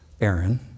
Aaron